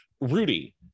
Rudy